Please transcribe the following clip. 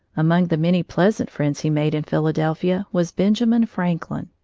among the many pleasant friends he made in philadelphia was benjamin franklin.